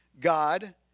God